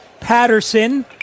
Patterson